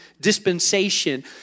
dispensation